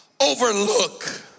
overlook